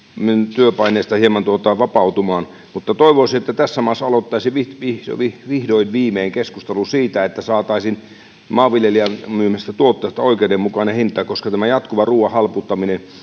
työpaineista hieman vapautumaan mutta toivoisin että tässä maassa aloitettaisiin vihdoin viimein keskustelu siitä että saataisiin maanviljelijän myymistä tuotteista oikeudenmukainen hinta koska tämän jatkuvan ruuan halpuuttamisen